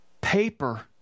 paper